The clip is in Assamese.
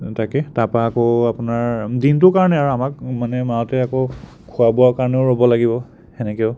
তাকে তাৰপৰা আকৌ আপোনাৰ দিনটোৰ কাৰণে আৰু আমাক মানে মাজতে আকৌ খোৱা বোৱাৰ কাৰণেও ৰ'ব লাগিব সেনেকৈও